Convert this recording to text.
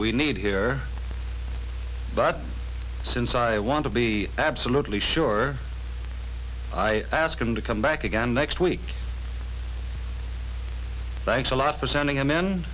we need here but since i want to be absolutely sure i ask him to come back again next week thanks a lot for sending